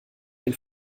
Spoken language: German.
den